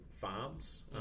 farms